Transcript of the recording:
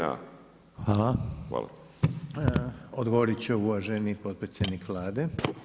Odgovorit će uvaženu potpredsjednik Vlade.